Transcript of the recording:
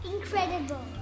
incredible